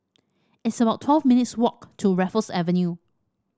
it's about twelve minutes' walk to Raffles Avenue